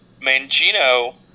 Mangino